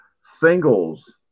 Singles